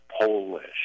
Polish